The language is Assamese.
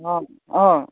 অঁ অঁ